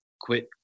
Quit